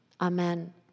Amen